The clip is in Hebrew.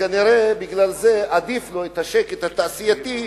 כנראה בגלל זה עדיף לו השקט התעשייתי,